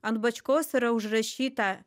ant bačkos yra užrašyta